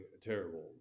terrible